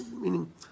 Meaning